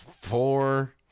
four